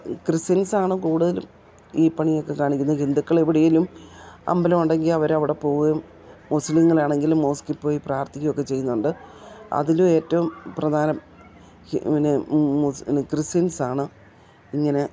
ക്രിസ്ത്യൻസാണ് കൂടുതലും ഈ പണിയൊക്കെ കാണിക്കുന്നത് ഹിന്ദുക്കളെവിടെയെങ്കിലും അമ്പലമുണ്ടെങ്കിൽ അവരവിടെ പോകുകയും മുസ്ലിങ്ങളാണെങ്കിലും മോസ്ക്കിൽ പോയി പ്രാർത്ഥിക്കുകയൊക്കെ ചെയ്യുന്നുണ്ട് അതിലും ഏറ്റവും പ്രധാനം പിന്നെ മുസ് ക്രിസ്ത്യൻസാണ് ഇങ്ങനെ